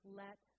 let